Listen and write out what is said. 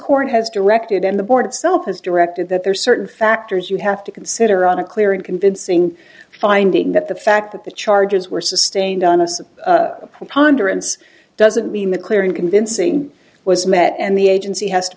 court has directed and the board itself has directed that there are certain factors you have to consider on a clear and convincing finding that the fact that the charges were sustained on a supply preponderance doesn't mean the clear and convincing was met and the agency has to